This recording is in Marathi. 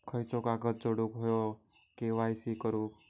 खयचो कागद जोडुक होयो के.वाय.सी करूक?